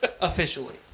Officially